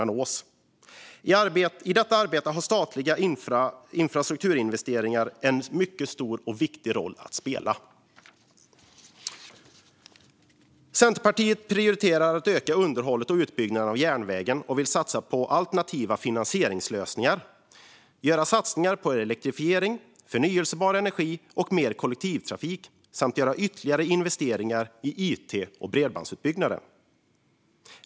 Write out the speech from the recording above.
I detta arbete har statliga infrastrukturinvesteringar en mycket stor och viktig roll att spela. Centerpartiet prioriterar att öka underhållet och utbyggnaden av järnvägen och vill även satsa på alternativa finansieringslösningar, göra satsningar på elektrifiering, förnybar energi och mer kollektivtrafik samt att göra ytterligare investeringar i it och bredbandsutbyggnad.